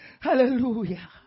Hallelujah